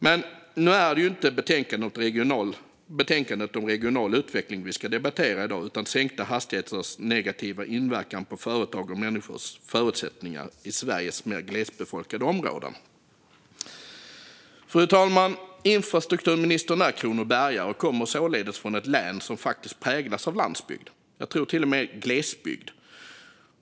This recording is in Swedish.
Men nu är det inte betänkandet om regional utveckling vi ska debattera i dag, utan det är sänkta hastigheters negativa inverkan på företags och människors förutsättningar i Sveriges mer glesbefolkade områden. Fru talman! Infrastrukturministern är kronobergare och kommer således från ett län som faktiskt präglas av landsbygd, jag tror till och med glesbygd.